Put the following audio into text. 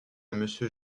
monsieur